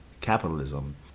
capitalism